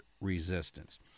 resistance